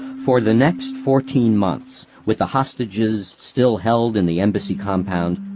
for the next fourteen months, with the hostages still held in the embassy compound,